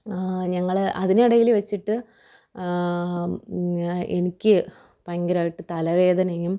ഞങ്ങള് അതിനിടയില് വച്ചിട്ട് എനിക്ക് ഭയങ്കരമായിട്ട് തലവേദനയും